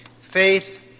Faith